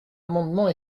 amendement